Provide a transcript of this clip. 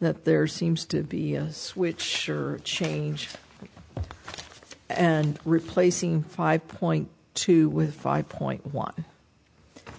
that there seems to be a switch or change and replacing five point two with five point one and